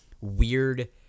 weird